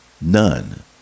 none